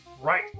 Right